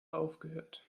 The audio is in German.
aufgehört